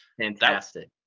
Fantastic